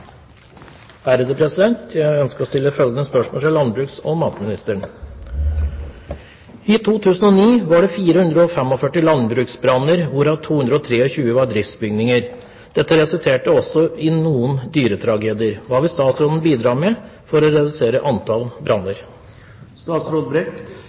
i Europa. Jeg ønsker å stille følgende spørsmål til landbruks- og matministeren: «I 2009 var det 445 landbruksbranner, hvorav 223 var driftsbygninger. Dette resulterte også i noen dyretragedier. Hva vil statsråden bidra med for å redusere antall